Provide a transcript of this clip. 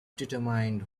determined